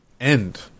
end